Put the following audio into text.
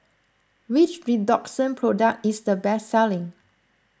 which Redoxon product is the best selling